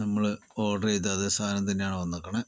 നമ്മള് ഓർഡർ ചെയ്ത അതേ സാധനം തന്നെയാണ് വന്നേക്കുന്നത്